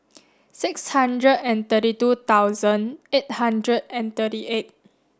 six hundred and thirty two thousand eight hundred and thirty eight